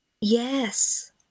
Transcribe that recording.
yes